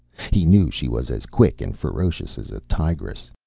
he knew she was as quick and ferocious as a tigress.